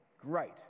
great